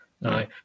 no